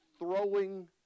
throwing